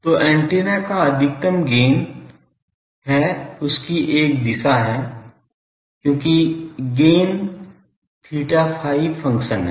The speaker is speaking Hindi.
तो एंटेना का अधिकतम गैन है उसकी एक दिशा है क्योंकि गैन theta phi फ़ंक्शन है